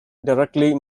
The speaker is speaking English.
directly